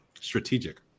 Strategic